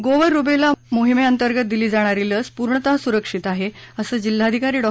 गोवर रुबेला मोहिमेंतर्गत दिली जाणारी लस पूर्णता सुरक्षित आहे असे जिल्हाधिकारी डॉ